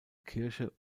kirche